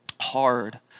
hard